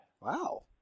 wow